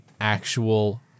actual